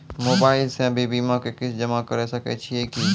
Mobile से भी बीमा के किस्त जमा करै सकैय छियै कि?